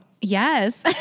Yes